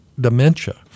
dementia